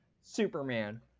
Superman